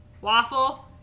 waffle